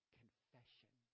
confession